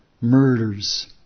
murders